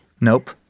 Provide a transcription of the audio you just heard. Nope